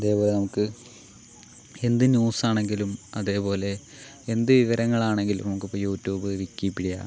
അതേപോലെ നമുക്ക് എന്ത് ന്യൂസാണെങ്കിലും അതേപോലെ എന്ത് വിവരങ്ങളാണെങ്കിലും നമുക്കിപ്പോൾ യൂറ്റൂബ് വിക്കീപീഡിയ